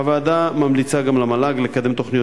הוועדה ממליצה גם למל"ג לקדם תוכניות